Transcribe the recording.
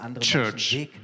church